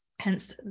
hence